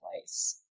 place